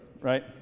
right